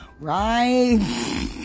right